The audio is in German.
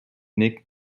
nick